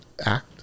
Act